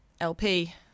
LP